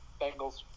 Bengals